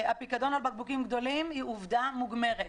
הפיקדון על בקבוקים גדולים היא עובדה מוגמרת,